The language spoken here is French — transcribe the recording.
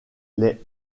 les